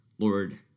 Lord